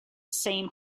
same